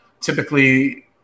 Typically